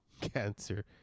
cancer